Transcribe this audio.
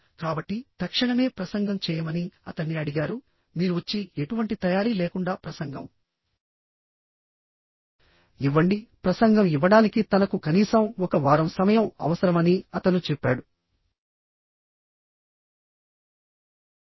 కాబట్టి తక్షణమే ప్రసంగం చేయమని అతన్ని అడిగారు మీరు వచ్చి ఎటువంటి తయారీ లేకుండా ప్రసంగం ఇవ్వండి ప్రసంగం ఇవ్వడానికి తనకు కనీసం ఒక వారం సమయం అవసరమని అతను చెప్పాడు